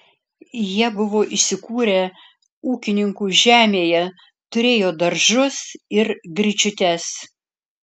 jie buvo įsikūrę ūkininkų žemėje turėjo daržus ir gryčiutes